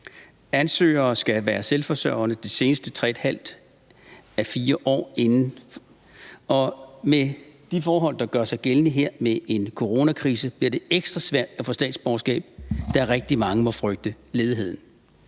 Ansøgere skal have været selvforsørgende de seneste 3½ af 4 år inden, og med de forhold, der gør sig gældende her med en coronakrise, bliver det ekstra svært at få statsborgerskab, da rigtig mange må frygte ledighed.